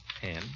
ten